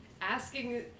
asking